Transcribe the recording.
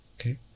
Okay